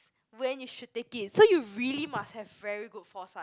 when you should take it so you really must have very good foresight